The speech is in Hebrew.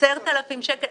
10,000 שקל,